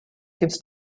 gives